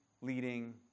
leading